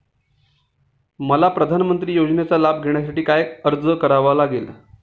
मला प्रधानमंत्री योजनेचा लाभ घेण्यासाठी काय अर्ज करावा लागेल?